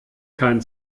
kein